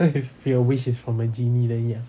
so if your wish is from a genie then ya